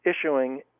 issuing